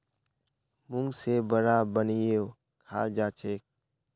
मूंग से वड़ा बनएयों खाल जाछेक